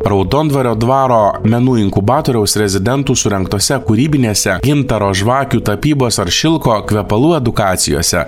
raudondvario dvaro menų inkubatoriaus rezidentų surengtose kūrybinėse gintaro žvakių tapybos ar šilko kvepalų edukacijose